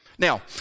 Now